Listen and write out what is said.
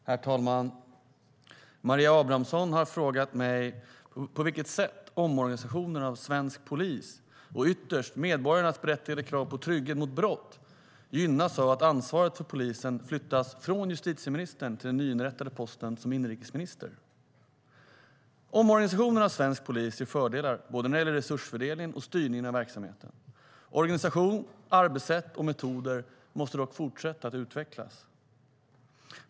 Herr talman! Maria Abrahamsson har frågat mig på vilket sätt omorganisationen av svensk polis och ytterst medborgarnas berättigade krav på trygghet mot brott gynnas av att ansvaret för polisen flyttas från justitieministern till den nyinrättade posten som inrikesminister. Omorganisationen av svensk polis ger fördelar både när det gäller resursfördelningen och styrningen av verksamheten. Organisation, arbetssätt och metoder måste dock fortsätta att utvecklas.